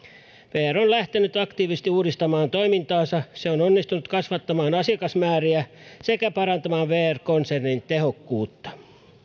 vr on lähtenyt aktiivisesti uudistamaan toimintaansa se on onnistunut kasvattamaan asiakasmääriä sekä parantamaan vr konsernin tehokkuutta